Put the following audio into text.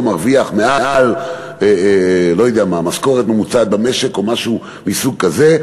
מרוויח מעל משכורת ממוצעת במשק או משהו כזה,